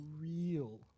real